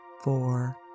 four